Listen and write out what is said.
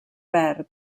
verd